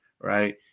right